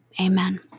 Amen